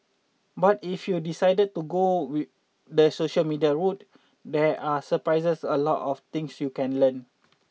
but if you decided to go we the social media route there are surprisingly a lot of things you can learn